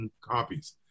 copies